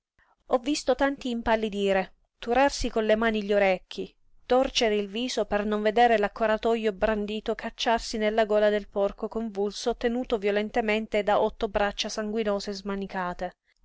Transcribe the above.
ho visto tanti impallidire turarsi con le mani gli orecchi torcere il viso per non vedere l'accoratojo brandito cacciarsi nella gola del porco convulso tenuto violentemente da otto braccia sanguinose smanicate